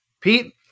Pete